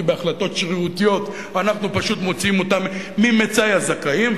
כי בהחלטות שרירותיות אנחנו פשוט מוציאים אותם ממצאי הזכאים,